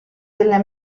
della